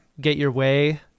get-your-way